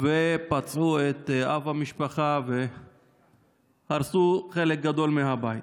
פצעו את אב המשפחה והרסו חלק גדול מהבית.